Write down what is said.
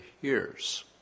years